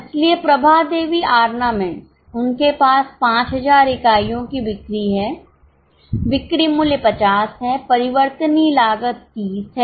इसलिए प्रभा देवी आर्नामेंट्स उनके पास ५००० इकाइयों की बिक्री है बिक्री मूल्य ५० है परिवर्तनीय लागत ३० है निर्धारित लागत ३५००० है